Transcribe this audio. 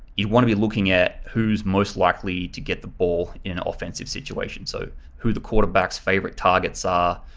you want to be looking at who's most likely to get the ball in offensive situations. so who the quarterback's favourite targets are,